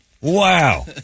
Wow